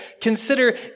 consider